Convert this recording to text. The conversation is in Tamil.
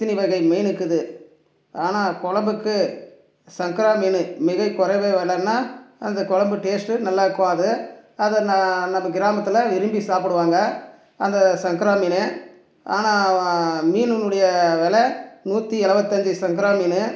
இத்தனி வகை மீன் இருக்குது ஆனால் கொழம்புக்கு சங்கரா மீன் மிகக் குறைவே விலைன்னா அந்த கொழம்பு டேஸ்ட்டு நல்லா இருக்கும் அது அதை நான் நம்ம கிராமத்தில் விரும்பி சாப்பிடுவாங்க அந்த சங்கரா மீன் ஆனால் மீனின்னுடைய விலை நூற்றி எழுவத்தஞ்சு சங்கரா மீன்